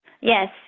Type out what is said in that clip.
Yes